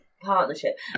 partnership